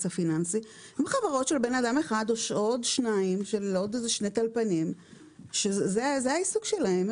הן חברות של אדם אחד עם עוד שני טלפנים שזה העיסוק שלהם.